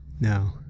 No